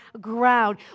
ground